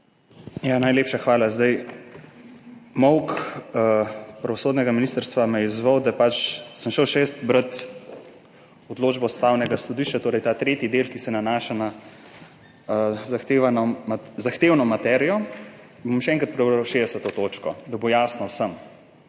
Najlepša hvala. Molk pravosodnega ministrstva me je izzval, da sem šel še jaz brat odločbo Ustavnega sodišča, torej ta tretji del, ki se nanaša na zahtevno materijo. Bom še enkrat prebral 60. točko, da bo jasno vsem,